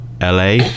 LA